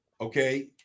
okay